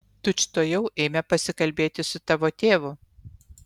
tučtuojau eime pasikalbėti su tavo tėvu